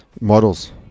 models